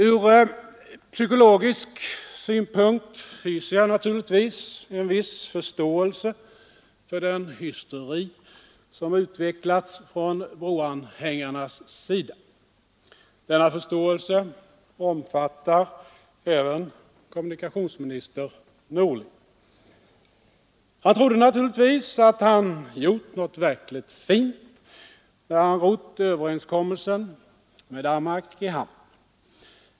Ur psykologisk synpunkt hyser jag en viss förståelse för den hysteri som utvecklats av broanhängarna. Denna förståelse omfattar även kommunikationsministern Bengt Norling. Han trodde naturligtvis att han gjort något verkligt fint när han rott överenskommelsen med Danmark i hamn.